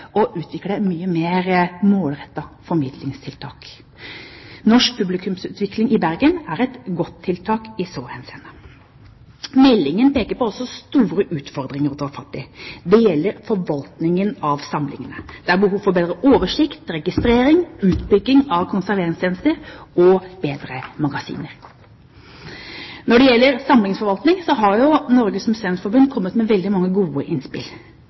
og utvikle mye mer målrettede formidlingstiltak. Norsk publikumsutvikling i Bergen er et godt tiltak i så henseende. Meldingen peker også på store utfordringer å ta fatt i. Det gjelder forvaltningen av samlingene. Det er behov for bedre oversikt, registrering, utbygging av konserveringstjenester og bedre magasiner. Når det gjelder samlingsforvaltning, har jo Norges museumsforbund kommet med veldig mange gode